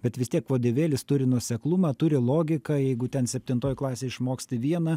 bet vis tiek vadovėlis turi nuoseklumą turi logiką jeigu ten septintoj klasėj išmoksti vieną